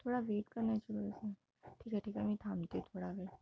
थोडा वेट करण्याची गरज आहे ठीक आहे ठीक आहे मी थांबते थोडा वेळ